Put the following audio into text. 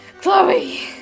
Chloe